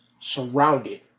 surrounded